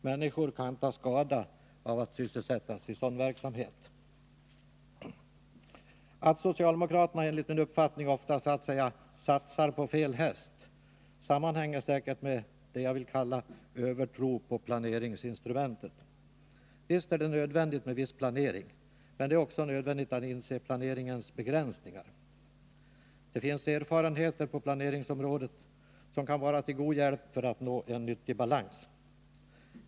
Människor kan ta skada av att sysselsättas i sådan verksamhet. Att socialdemokraterna enligt min uppfattning ofta så att säga satsar på fel häst, sammanhänger säkert med det jag vill kalla övertro på planeringsinstrumentet. Visst är det nödvändigt med viss planering, men det är också nödvändigt att inse planeringens begränsningar. Det finns erfarenheter på planeringsområdet, som kan vara till god hjälp för att nå en vettig balans.